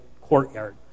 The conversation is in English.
courtyard